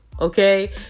okay